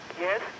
Yes